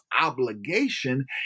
obligation